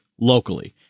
locally